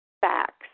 facts